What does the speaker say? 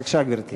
בבקשה, גברתי.